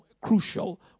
crucial